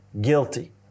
guilty